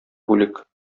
бүлек